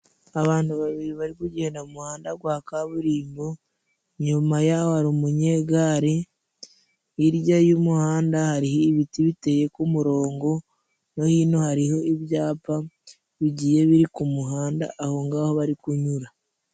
Abantu babiri barimo kugenda muhanda wa kaburimbo, inyuma yaho hari umunyegare, hirya y'umuhanda hariho ibiti biteye ku murongo, no hino hariho ibyapa bigiye biri ku muhanda, aho ngaho bari kunyura.